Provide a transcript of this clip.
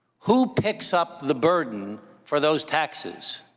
who picks up the burden for those taxes?